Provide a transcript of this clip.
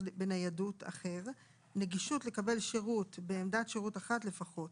בניידות אחר נגישות לקבל שירות בעמדת שירות אחת לפחות